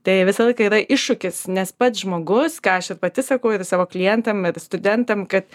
tai visą laiką yra iššūkis nes pats žmogus ką aš ir pati sakau ir savo klientam ir studentam kad